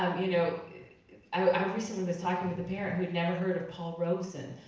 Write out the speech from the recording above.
um you know i recently was talking with a parent who had never heard of paul robeson.